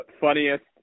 funniest